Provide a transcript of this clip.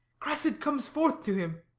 cressid comes forth to him.